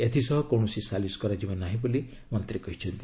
ଏଥିସହ କୌଣସି ସାଲିସ କରାଯିବ ନାହିଁ ବୋଲି ମନ୍ତ୍ରୀ କହିଛନ୍ତି